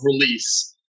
release